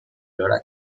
flora